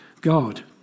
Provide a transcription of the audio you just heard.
God